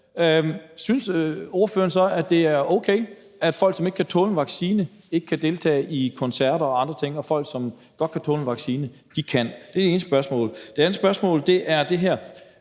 synes ordføreren så, at det er okay, at folk, som ikke kan tåle en vaccine, ikke kan deltage i koncerter og andre ting, og at folk, som godt kan tåle en vaccine, kan? Det er det ene spørgsmål. Det andet spørgsmål er det her: